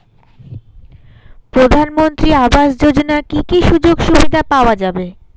প্রধানমন্ত্রী আবাস যোজনা কি কি সুযোগ সুবিধা পাওয়া যাবে?